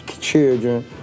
children